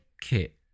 kit